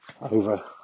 over